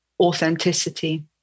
authenticity